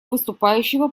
выступающего